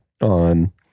on